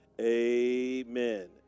Amen